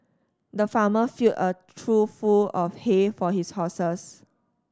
the farmer filled a trough full of hay for his horses